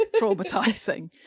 traumatizing